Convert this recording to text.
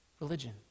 religion